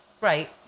Right